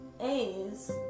A's